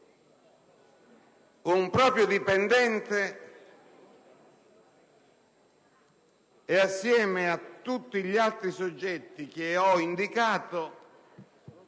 un proprio dipendente e, assieme a tutti gli altri soggetti che ho indicato,